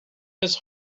his